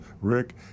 Rick